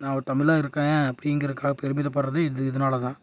நான் ஒரு தமிழனாக இருக்கேன் அப்படிங்கிறக்காக பெருமிதப்படுறதே இது இதனால தான்